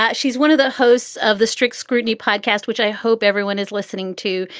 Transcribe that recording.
ah she's one of the hosts of the strict scrutiny podcast, which i hope everyone is listening to.